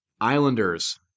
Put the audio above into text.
Islanders